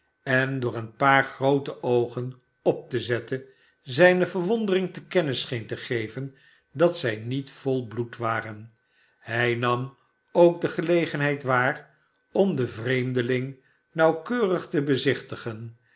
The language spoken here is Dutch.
en door een paar groote oogen op te zetten zijne verwondering te kennen scheen te geven dat zij met vol bloed waren hij nam ook de gelegenheid waar omdenvreemdeling nauwkeurig te bezichtigen